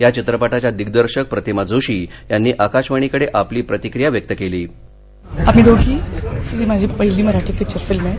या चित्रपटाच्या दिग्दर्शक प्रतीमा जोशी यांनी आकाशवाणीकडे आपली प्रतिक्रिया व्यक्त केली आम्ही दोघी ही माझी पहिली फिचर फिल्म आहे